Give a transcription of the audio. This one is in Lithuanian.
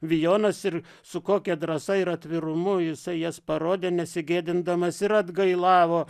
vijonas ir su kokia drąsa ir atvirumu jisai jas parodė nesigėdydamas ir atgailavo